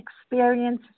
experience